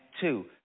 two